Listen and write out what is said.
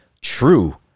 true